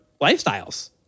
lifestyles